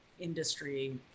Industry